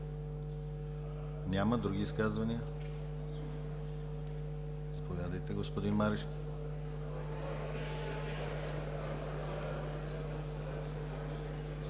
Няма. Други изказвания? Заповядайте, господин Марешки.